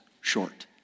Short